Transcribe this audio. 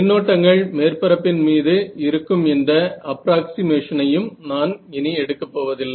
மின்னோட்டங்கள் மேற்பரப்பின் மீது இருக்கும் என்ற அப்ராக்ஸிமேஷன் ஐயும் நான் இனி எடுக்கப் போவதில்லை